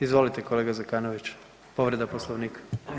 Izvolite kolega Zekanović, povreda Poslovnika.